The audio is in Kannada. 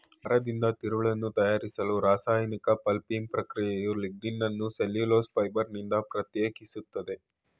ಮರದಿಂದ ತಿರುಳನ್ನು ತಯಾರಿಸಲು ರಾಸಾಯನಿಕ ಪಲ್ಪಿಂಗ್ ಪ್ರಕ್ರಿಯೆಯು ಲಿಗ್ನಿನನ್ನು ಸೆಲ್ಯುಲೋಸ್ ಫೈಬರ್ನಿಂದ ಪ್ರತ್ಯೇಕಿಸ್ತದೆ